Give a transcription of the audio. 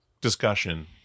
discussion